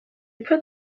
put